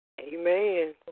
Amen